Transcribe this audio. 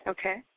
Okay